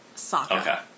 Soccer